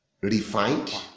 refined